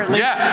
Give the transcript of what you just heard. yeah,